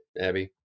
Abby